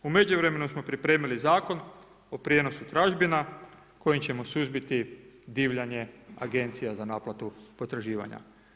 U međuvremenu smo pripremi Zakon o prijenosu tražbina kojim ćemo suzbiti divljanje agencija za naplatu potraživanja.